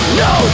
no